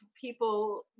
people